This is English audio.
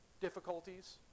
difficulties